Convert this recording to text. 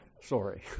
sorry